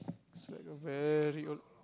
it's like a very old